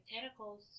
tentacles